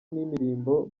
n’imirimbo